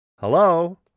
Hello